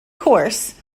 course